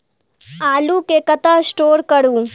आलु केँ कतह स्टोर करू?